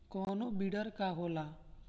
कोनो बिडर का होला?